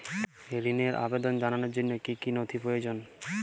ঋনের আবেদন জানানোর জন্য কী কী নথি প্রয়োজন?